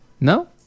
No